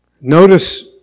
Notice